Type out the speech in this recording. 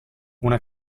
una